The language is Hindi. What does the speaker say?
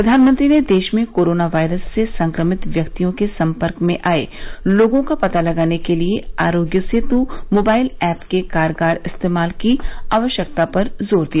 प्रधानमंत्री ने देश में कोरोना वायरस से संक्रमित व्यक्तियों के संपर्क में आए लोगों का पता लगाने के लिए आरोग्य सेतु मोबाइल एप के कारगर इस्तेमाल की आवश्यकता पर जोर दिया